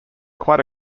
quite